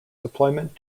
deployment